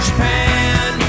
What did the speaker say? Japan